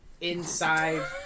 Inside